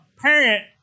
parent